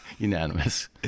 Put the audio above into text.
Unanimous